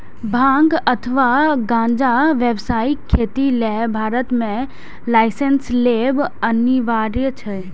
भांग अथवा गांजाक व्यावसायिक खेती लेल भारत मे लाइसेंस लेब अनिवार्य छै